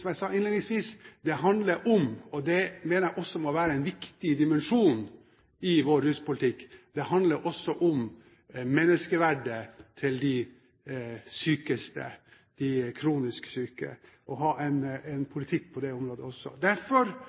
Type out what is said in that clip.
som jeg sa innledningsvis: Det handler også om – og det mener jeg må være en viktig dimensjon i vår ruspolitikk – menneskeverdet til de sykeste, de kronisk syke, og om å ha en politikk på det området også. Derfor